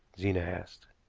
zena asked.